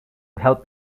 help